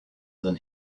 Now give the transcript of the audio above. than